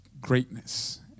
Greatness